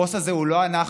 הבוס הזה הוא לא אנחנו,